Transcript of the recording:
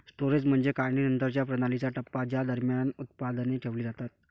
storage म्हणजे काढणीनंतरच्या प्रणालीचा टप्पा ज्या दरम्यान उत्पादने ठेवली जातात